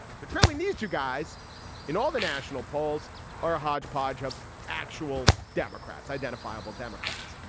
so trailing these two guys in all the national polls are a hodgepodge of actual democrats, identifiable democrats.